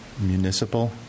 municipal